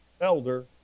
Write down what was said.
elder